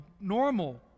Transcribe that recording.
normal